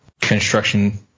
construction